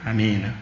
Amen